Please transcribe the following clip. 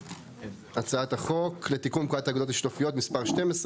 אז הצעת החוק לתיקון פקודת האגודות השיתופיות (מס' 12)